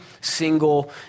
single